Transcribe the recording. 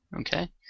Okay